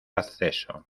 acceso